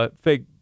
fake